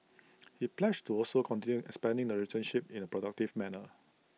he pledged to also continue expanding the relationship in A productive manner